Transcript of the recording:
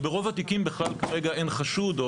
וברוב המשפחה בכלל כרגע אין חשוד,